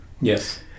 Yes